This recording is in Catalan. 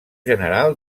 general